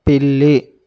పిల్లి